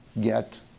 get